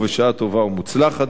ובשעה טובה ומוצלחת,